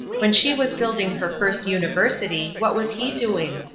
when she was building her first university, what was he doing?